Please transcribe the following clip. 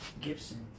Gibson